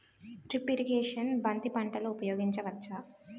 Drip irrigation బంతి పంటలో ఊపయోగించచ్చ?